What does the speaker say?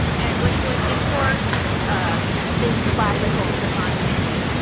and which would enforce ah this classical design mandate.